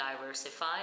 diversify